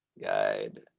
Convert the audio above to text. guide